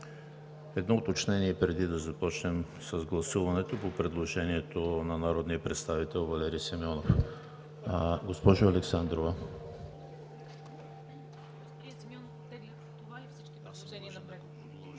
Едно уточнение преди да започнем с гласуването по предложението на народния представител Валери Симеонов.